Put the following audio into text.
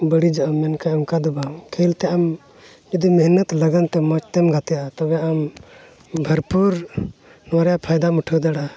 ᱵᱟᱹᱲᱤᱡᱚᱜ ᱟᱢ ᱢᱮᱱᱠᱷᱟᱱ ᱚᱱᱠᱟ ᱫᱚ ᱵᱟᱝ ᱠᱷᱮᱞᱛᱮ ᱟᱢ ᱡᱩᱫᱤ ᱢᱮᱦᱱᱚᱛ ᱞᱟᱜᱟᱱᱛᱮ ᱢᱚᱡᱽᱛᱮᱢ ᱜᱟᱛᱮᱜᱼᱟ ᱛᱚᱵᱮ ᱟᱢ ᱵᱷᱚᱨᱯᱩᱨ ᱱᱚᱣᱟ ᱨᱮᱭᱟᱜ ᱯᱷᱟᱭᱫᱟᱢ ᱩᱴᱷᱟᱹᱣ ᱫᱟᱲᱮᱭᱟᱜᱼᱟ